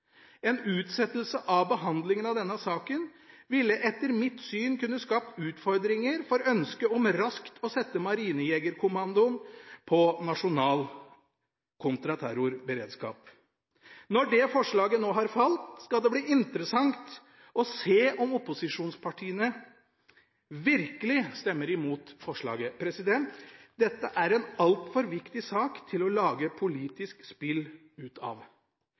En utsettelse av behandlingen av denne saken ville etter mitt syn kunne skapt utfordringer for ønsket om raskt å sette Marinejegerkommandoen på nasjonal kontraterrorberedskap. Når det forslaget nå har falt, skal det bli interessant å se om opposisjonspartiene virkelig stemmer imot forslaget. Dette er en altfor viktig sak til å lage politisk spill av.